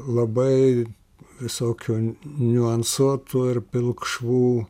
labai visokių niuansuotų ir pilkšvų